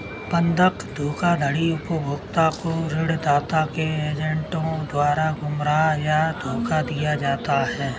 बंधक धोखाधड़ी उपभोक्ता को ऋणदाता के एजेंटों द्वारा गुमराह या धोखा दिया जाता है